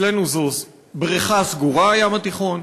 אצלנו זו בריכה סגורה, הים התיכון.